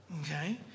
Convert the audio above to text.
okay